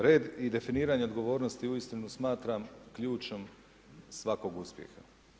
Redi i definiranje odgovornosti uistinu smatram ključem svakog uspjeha.